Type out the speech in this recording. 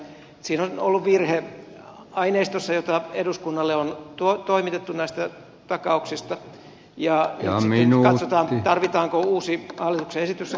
siinä on ollut virhe aineistossa jota eduskunnalle on toimitettu näistä takauksista ja nyt sitten katsotaan tarvitaanko uusi hallituksen esitys sen korjaamiseksi